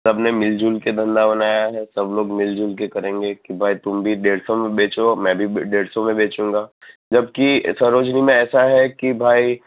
સબને મીલજુલ કે ધંધા બનાયા હૈ સબ લોગ મીલજુલ કે કરેંગે કે ભાઈ તુમ ભી દેઢસો મેં બેચો મૈં ભી બ દેઢસો મેં બેચુંગા જબકી સરોજની મેં ઐસા હૈ કી ભાઈ